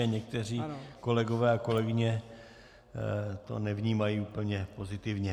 Někteří kolegové a kolegyně to nevnímají úplně pozitivně.